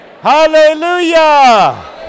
Hallelujah